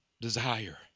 desire